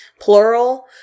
plural